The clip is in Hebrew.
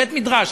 בית-מדרש,